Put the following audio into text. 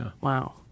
Wow